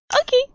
Okay